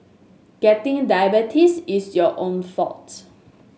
getting diabetes is your own fault